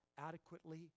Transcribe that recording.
adequately